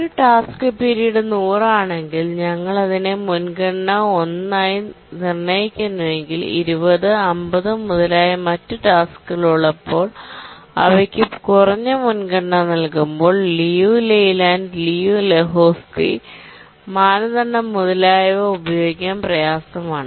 ഒരു task period 100 ആണെങ്കിൽ ഞങ്ങൾ അതിനെ മുൻഗണന 1 ആയി നിർണ്ണയിക്കുന്നുവെങ്കിൽ 20 50 മുതലായ മറ്റ് ടാസ്ക്കുകൾ ഉള്ളപ്പോൾ അവയ്ക്ക് കുറഞ്ഞ മുൻഗണന നൽകുമ്പോൾ ലിയു ലെയ്ലാൻഡ് ലിയു ലെഹോസ്കി മാനദണ്ഡം മുതലായവ ഉപയോഗിക്കാൻ പ്രയാസമാണ്